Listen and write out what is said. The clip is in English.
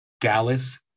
Dallas